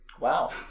Wow